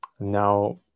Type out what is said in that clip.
Now